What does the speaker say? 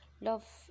love